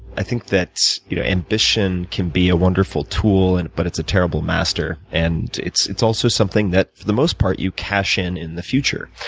i think that you know ambition can be a wonderful tool, and but it's a terrible master. and it's it's also something that, for the most part, you cash in in the future.